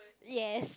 yes